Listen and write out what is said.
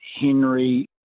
Henry